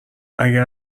اگر